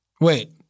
Wait